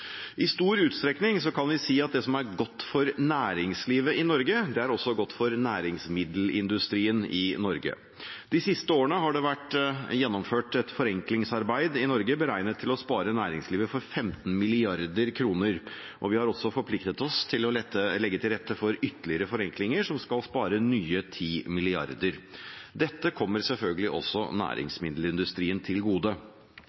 I stor utstrekning kan vi si at det som er godt for næringslivet i Norge, er også godt for næringsmiddelindustrien i Norge. De siste årene har det vært gjennomført et forenklingsarbeid beregnet til å spare næringslivet for 15 mrd. kr, og vi har forpliktet oss til å legge til rette for ytterligere forenklinger som skal spare nye 10 mrd. kr. Dette kommer selvfølgelig også næringsmiddelindustrien til gode.